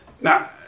Now